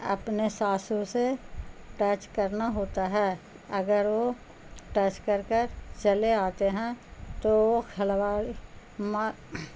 اپنے سسوں سے ٹچ کرنا ہوتا ہے اگر وہ ٹچ کر کر چلے آتے ہیں تو وہ کھلواڑی ما